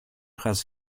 has